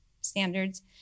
standards